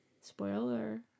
spoiler